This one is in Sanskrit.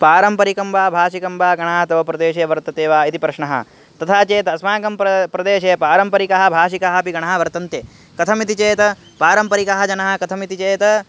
पारम्परिकं वा भाषिकं वा गणः तवप्रदेशे वर्तते वा इति प्रश्नः तथा चेत् अस्माकं प्र प्रदेशे पारम्परिकः भाषिकाः अपि गणः वर्तन्ते कथमिति चेत् पारम्परिकः जनाः कथमिति चेत्